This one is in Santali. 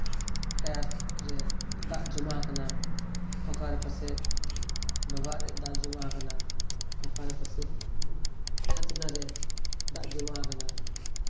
ᱴᱟᱭᱟᱨ ᱨᱮ ᱫᱟᱜ ᱡᱚᱢᱟᱣ ᱟᱠᱟᱱᱟ ᱚᱠᱟᱨᱮ ᱯᱟᱥᱮᱡ ᱰᱚᱵᱷᱟᱜ ᱨᱮ ᱫᱟᱜ ᱡᱚᱢᱟᱣ ᱟᱠᱟᱱᱟ ᱚᱠᱟᱨᱮ ᱯᱟᱥᱮᱡ ᱪᱷᱟᱸᱫᱽ ᱪᱮᱛᱟᱱ ᱨᱮ ᱫᱟᱜ ᱡᱚᱢᱟᱣ ᱟᱠᱟᱱᱟ